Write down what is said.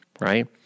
right